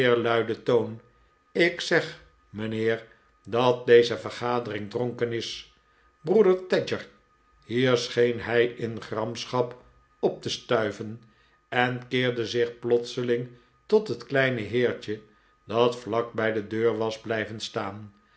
luiden toon ik zeg mijnheer dat deze vergadering dronken is broeder tadger bier scheen hij in gramschap op te stuiven en keerde zich plotseling tot het kleine heertje dat vlak bij de deur was blijven staan